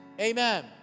Amen